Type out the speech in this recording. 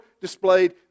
displayed